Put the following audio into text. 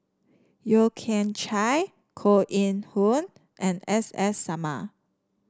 Yeo Kian Chai Koh Eng Hoon and S S Sarma